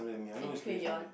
a crayon